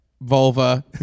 vulva